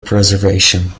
preservation